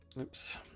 Oops